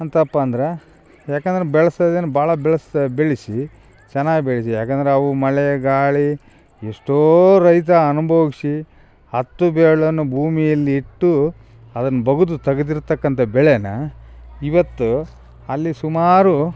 ಅಂತಪ್ಪಾ ಅಂದ್ರೆ ಯಾಕಂದ್ರೆ ಬೆಳ್ಸೋದೇನ್ ಭಾಳ ಬೆಳ್ಸಿ ಬೆಳೆಸಿ ಚೆನ್ನಾಗ್ ಬೆಳೆಸಿ ಯಾಕಂದ್ರೆ ಅವು ಮಳೆ ಗಾಳಿ ಎಷ್ಟೋ ರೈತ ಅನ್ಬೋಗಿಸಿ ಹತ್ತು ಬೆರಳನ್ನು ಭೂಮಿಯಲ್ಲಿ ಇಟ್ಟು ಅದನ್ನು ಬಗೆದು ತೆಗ್ದಿರ್ತಕ್ಕಂಥ ಬೆಳೆನಾ ಇವತ್ತು ಅಲ್ಲಿ ಸುಮಾರು